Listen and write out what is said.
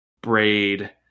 Braid